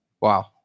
Wow